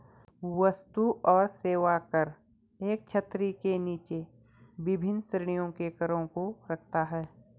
वस्तु और सेवा कर एक छतरी के नीचे विभिन्न श्रेणियों के करों को रखता है